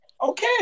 Okay